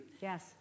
Yes